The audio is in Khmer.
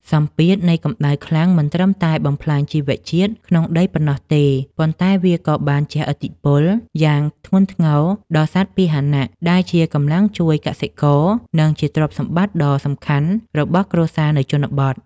សម្ពាធនៃកម្ដៅខ្លាំងមិនត្រឹមតែបំផ្លាញជីវជាតិក្នុងដីប៉ុណ្ណោះទេ ប៉ុន្តែវាក៏បានជះឥទ្ធិពលយ៉ាងធ្ងន់ធ្ងរដល់សត្វពាហនៈ ដែលជាកម្លាំងជួយកសិករ និងជាទ្រព្យសម្បត្តិដ៏សំខាន់របស់គ្រួសារនៅជនបទ។